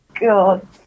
god